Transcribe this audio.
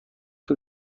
طول